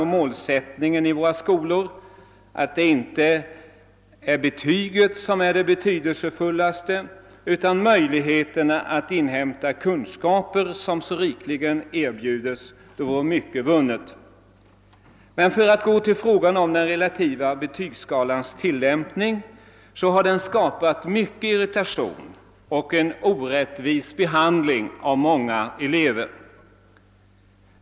och målsättningen i våra skolor att det inte är betyget som är det viktigaste utan möjligheterna att inhämta de kunskaper som så rikligen erbjuds, vore mycket vunnet. För att återgå till frågan om den relativa betygsskalans tillämpning vill jag nämna att den skapat mycken irritation och lett till en orättvis behandling av våra elever.